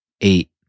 eight